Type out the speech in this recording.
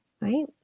Right